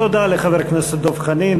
תודה לחבר הכנסת דב חנין.